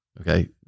okay